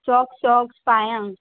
socks socks पांयांक